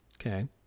Okay